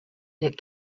knit